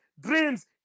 dreams